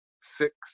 six